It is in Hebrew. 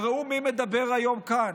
וראו מי מדבר היום כאן,